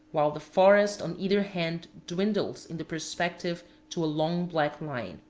while the forest on either hand dwindles in the perspective to a long black line.